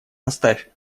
оставь